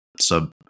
sub